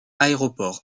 aéroport